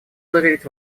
заверить